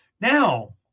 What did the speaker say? now